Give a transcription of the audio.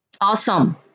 Awesome